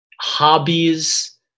hobbies